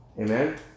Amen